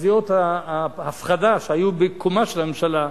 תחזיות ההפחדה שהיו עם קומה של הממשלה.